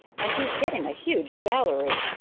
and he's getting a huge salary.